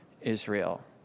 Israel